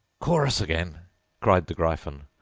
chorus again cried the gryphon,